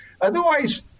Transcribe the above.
Otherwise